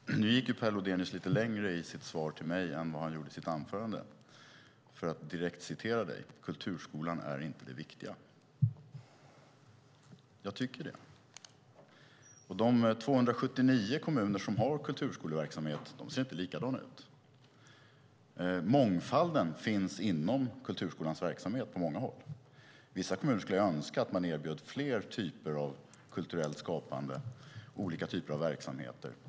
Herr talman! Nu gick Per Lodenius lite längre i sitt svar till mig än vad han gjorde i sitt anförande. Jag ska citera honom: Kulturskolan i sig är inte det viktiga. Jag tycker det. De 279 kommuner som har kulturskoleverksamhet ser inte likadana ut. Mångfalden finns på många håll inom kulturskolans verksamhet. Jag skulle önska att vissa kommuner erbjöd fler typer av kulturellt skapande och olika typer av verksamheter.